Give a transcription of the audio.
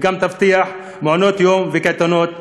וגם תבטיח מעונות-יום וקייטנות חינם.